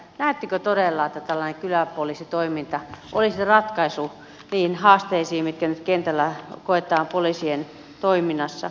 näettekö todella että tällainen kyläpoliisitoiminta olisi ratkaisu niihin haasteisiin joita nyt kentällä koetaan poliisien toiminnassa